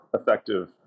effective